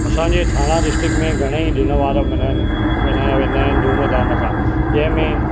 असांजे ठाणा डिस्टिक में घणे ई ॾिणवार मना मल्हाया वेंदा आहिनि धूम धाम सां जंहिंमें